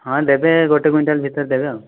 ହଁ ଦେବେ ଗୋଟିଏ କୁଇଣ୍ଟାଲ ଭିତରେ ଦେବେ